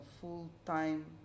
full-time